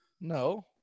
No